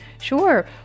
Sure